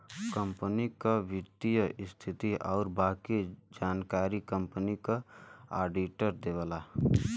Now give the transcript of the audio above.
company क वित्तीय स्थिति आउर बाकी जानकारी कंपनी क आडिटर देवला